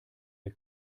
der